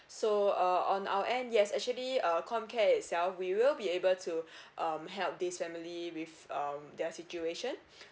so uh on our end yes actually uh com care itself we will be able to um help this family with um their situation